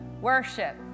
worship